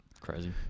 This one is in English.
Crazy